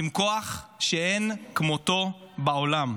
עם כוח שאין כמותו בעולם.